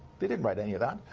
they didn't write any of and